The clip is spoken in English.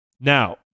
Now